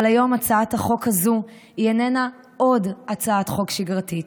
אבל היום הצעת החוק הזו איננה עוד הצעת חוק שגרתית.